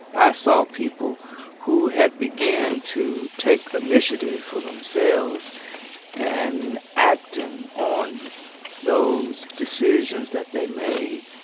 i saw people who had began to take initiative for themselves, and acting on those decisions that they made.